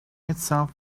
itself